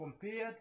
compared